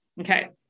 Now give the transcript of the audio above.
Okay